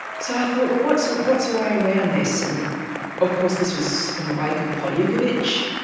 so i thought, well what's so what's a way round this? and of course this was in the wake of polyukhovich,